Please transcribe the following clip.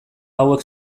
hauek